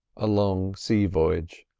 a long sea voyage.